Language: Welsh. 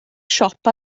siop